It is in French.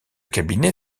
cabinet